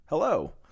Hello